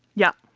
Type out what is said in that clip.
yeah.